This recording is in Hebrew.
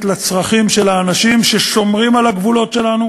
לצרכים של האנשים ששומרים על הגבולות שלנו,